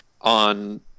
on